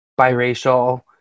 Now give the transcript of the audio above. biracial